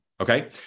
Okay